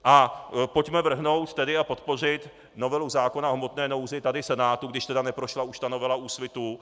A pojďme vrhnout tedy a podpořit novelu zákona o hmotné nouzi tady Senátu, když neprošla už ta novela Úsvitu.